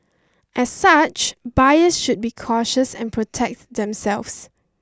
as such buyers should be cautious and protect themselves